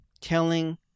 telling